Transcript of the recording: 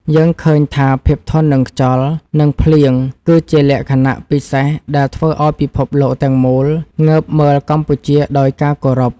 យើងឃើញថាភាពធន់នឹងខ្យល់ និង ភ្លៀងគឺជាលក្ខណៈពិសេសដែលធ្វើឱ្យពិភពលោកទាំងមូលងើបមើលកម្ពុជាដោយការគោរព។